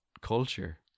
culture